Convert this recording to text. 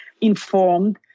informed